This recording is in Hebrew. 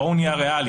בואו נהיה ריאליים.